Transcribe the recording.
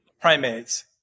primates